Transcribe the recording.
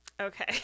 Okay